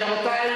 רבותי,